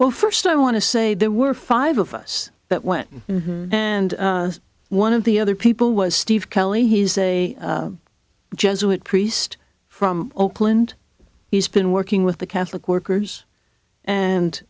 well first i want to say there were five of us that went in and one of the other people was steve kelly he's a jesuit priest from oakland he's been working with the catholic workers and